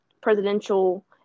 presidential